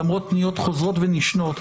למרות פניות חוזרות ונשנות.